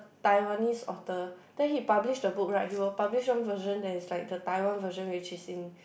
Taiwanese author then he publish the book right he will publish one version that is like the Taiwan version which is in